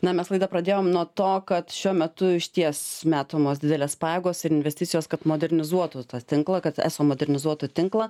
na mes laidą pradėjom nuo to kad šiuo metu išties metamos didelės pajėgos ir investicijos kad modernizuotų tą tinklą kad eso modernizuotų tinklą